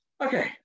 okay